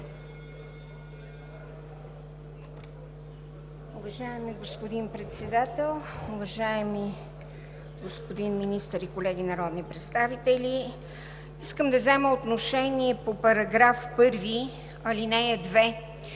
Уважаеми господин Председател, уважаеми господин Министър и колеги народни представители! Искам да взема отношение по § 1, ал. 2,